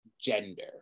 gender